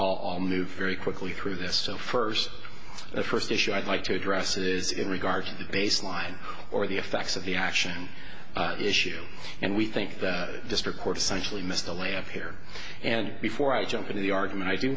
and all moved very quickly through this so first the first issue i'd like to address is in regard to the baseline or the effects of the action issue and we think the district court essentially missed the lay of here and before i jump into the argument i do